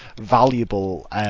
valuable